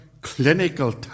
clinical